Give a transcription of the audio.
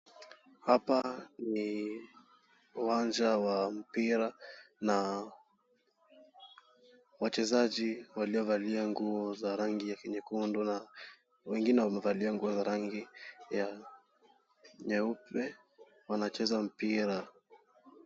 Hapa ni uwancha wa mpira na wachezaji waliovalia nguo za rangi ya nyekundu na wengine wamevalia nguo za rangi ya nyeupe wanacheza mpira.